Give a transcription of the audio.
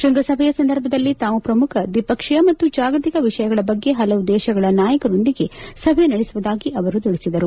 ಶ್ವಂಗಸಭೆಯ ಸಂದರ್ಭದಲ್ಲಿ ತಾವು ಪ್ರಮುಖ ದ್ವಿಪಕ್ಷೀಯ ಮತ್ತು ಜಾಗತಿಕ ವಿಷಯಗಳ ಬಗ್ಗೆ ಹಲವು ದೇಶಗಳ ನಾಯಕರೊಂದಿಗೆ ಸಭೆ ನಡೆಸುವುದಾಗಿ ಅವರು ತಿಳಿಸಿದರು